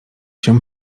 się